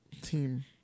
team